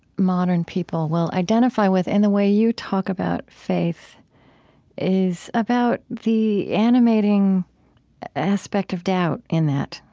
modern people will identify with and the way you talk about faith is about the animating aspect of doubt in that,